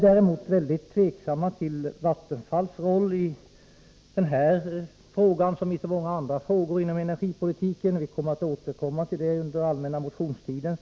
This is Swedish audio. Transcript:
Däremot är vi tveksamma till Vattenfalls roll i den här som i så många andra frågor inom energipolitiken. Vi kommer liksom i fjol att återkomma till detta under den allmänna motionstiden.